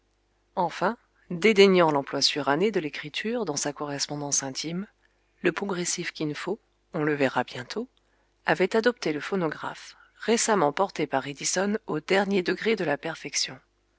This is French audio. enfin dédaignant l'emploi suranné de l'écriture dans sa correspondance intime le progressif kin fo on le verra bientôt avait adopté le phonographe récemment porté par edison au dernier degré de la perfection